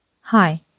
Hi